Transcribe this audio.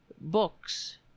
books